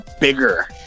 bigger